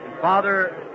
Father